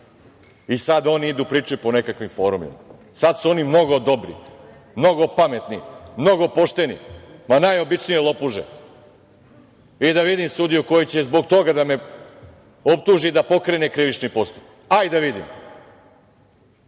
I sad oni idu i pričaju po nekakvim forumima. Sad su oni mnogo dobri, mnogo pametni, mnogo pošteni. Ma, najobičnije lopuže. I da vidim sudiju koji će zbog toga da me optuži i pokrene krivični postupak. Doveli